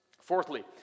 Fourthly